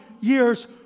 years